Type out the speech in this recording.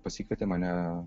pasikvietė mane